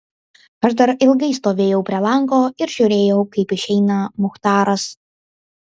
aš dar ilgai stovėjau prie lango ir žiūrėjau kaip išeina muchtaras